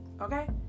okay